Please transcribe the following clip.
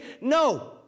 No